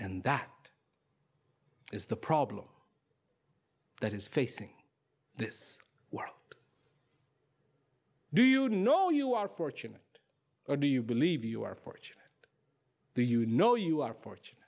and that is the problem that is facing this world do you know you are fortunate or do you believe you are fortunate the you know you are fortun